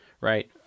right